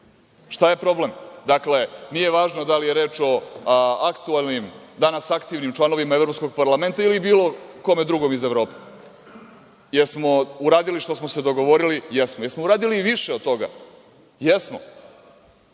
Šta je problem? Dakle, nije važno da li je reč o aktuelnim, danas aktivnim članovima Evropskog parlamenta ili bilo kome drugom iz Evrope. Da li smo uradili što smo se dogovorili? Jesmo. Jesmo uradili i više od toga? Jesmo.